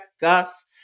Gus